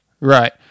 Right